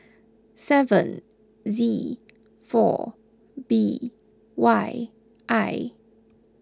seven Z four B Y I